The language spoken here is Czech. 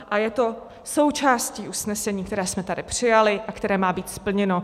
A je to součástí usnesení, které jsme tady přijali a které má být splněno.